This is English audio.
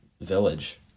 village